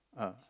uh